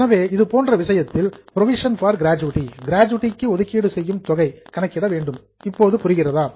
எனவே இது போன்ற விஷயத்தில் புரோவிஷன் பார் கிராஜுவிட்டி கிராஜுவிட்டி ஒதுக்கீடு தொகையை கணக்கிட வேண்டும் புரிகிறதா